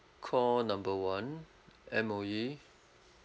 call number one M_O_E